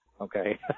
okay